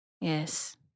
Yes